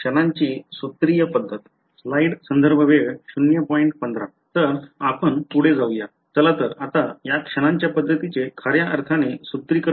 तर आपण पुढे जाऊया चला तर आता या क्षणांच्या पद्धतीचे खऱ्या अर्थाने सुत्रीकरण करूया